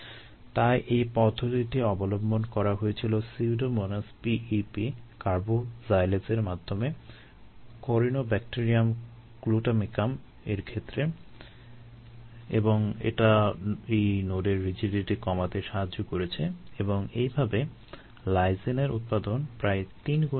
তাই এই পদ্ধতিটি অবলম্বন করা হয়েছিল সিউডোনোমাস P E P কার্বোজাইলেজের মাধ্যমে Corynebacterium glutamicum ক্ষেত্রে এবং এটা এই নোডের রিজিডিটি কমাতে সাহায্য করেছে এবং এভাবে লাইসিনের উৎপাদন প্রায় 3 গুণ বাড়িয়েছে